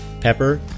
pepper